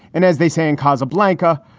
and as they say in casablanca,